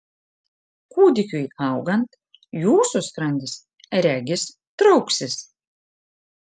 kūdikiui augant jūsų skrandis regis trauksis